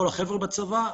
כל החבר'ה בצבא.